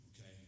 okay